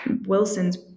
wilson's